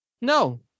No